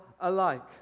alike